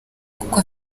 kuko